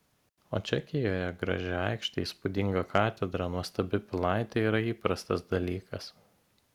o čekijoje graži aikštė įspūdinga katedra nuostabi pilaitė yra įprastas dalykas